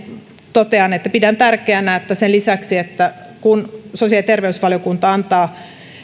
totean että pidän tärkeänä että sen lisäksi että sosiaali ja terveysvaliokunta antaa